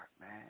man